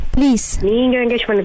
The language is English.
Please